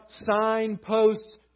signposts